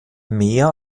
mehr